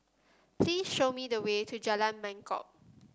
please show me the way to Jalan Mangkok